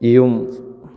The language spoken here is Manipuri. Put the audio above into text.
ꯌꯨꯝ